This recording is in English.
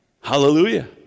Hallelujah